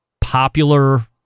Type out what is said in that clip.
popular